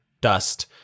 dust